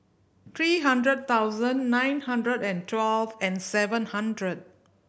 three hundred thousand nine hundred and twelve and seven hundred